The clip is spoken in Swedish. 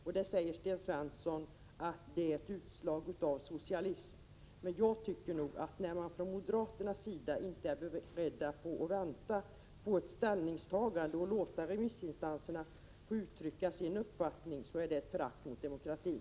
Sten Svensson säger då att det är ett utslag av socialism. Jag tycker emellertid, att när man från moderaternas sida inte är beredd att vänta på ett ställningstagande och låta remissinstanserna få uttrycka sin uppfattning, är det förakt för demokratin.